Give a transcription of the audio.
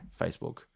Facebook